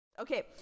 Okay